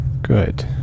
Good